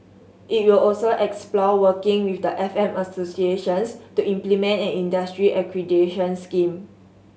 it will also explore working with the F M associations to implement an industry accreditation scheme